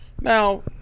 Now